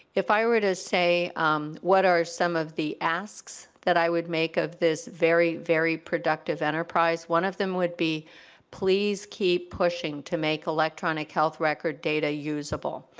if i were to say what are some of the asks that i would make of this very, very productive enterprise, one of them would be please keep pushing to make electronic health record data usable.